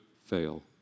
fail